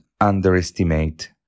underestimate